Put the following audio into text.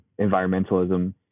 environmentalism